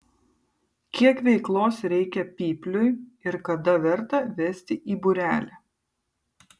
kiek veiklos reikia pypliui ir kada verta vesti į būrelį